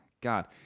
God